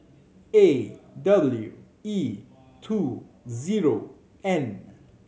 A W E two zero N